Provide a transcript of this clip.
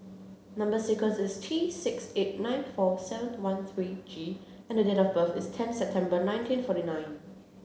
number sequence is T six eight nine four seven one three G and date of birth is tenth September nineteen forty nine